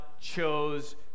chose